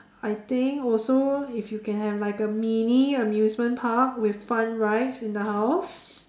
I think also if you can have like a mini amusement park with fun rides in the house